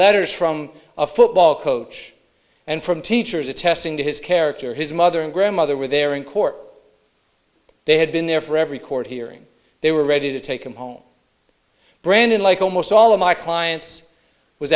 letters from a football coach and from teachers attesting to his character his mother and grandmother were there in court they had been there for every court hearing they were ready to take him home brandon like almost all of my clients was